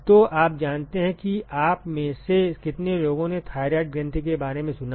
तो आप जानते हैं कि आप में से कितने लोगों ने थायराइड ग्रंथि के बारे में सुना है